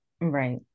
right